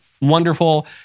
Wonderful